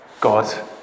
God